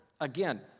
Again